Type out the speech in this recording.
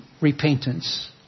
repentance